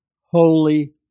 holy